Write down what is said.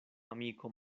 amiko